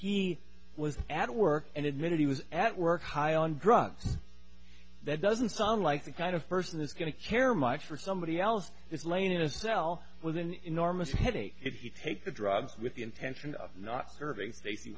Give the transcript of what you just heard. he was at work and admitted he was at work high on drugs that doesn't sound like the kind of person is going to care much for somebody else is laying in a cell with an enormous headache if you take the drugs with the intention of not serving s